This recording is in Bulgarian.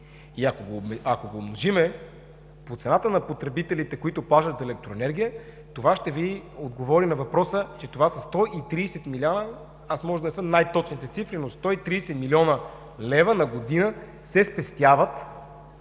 Ако го умножим по цената на потребителите, които плащат за електроенергия, това ще Ви отговори на въпроса, че са 130 млн. лв. – може да не са най-точните цифри, на година се спестяват